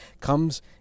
comes